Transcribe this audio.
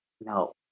No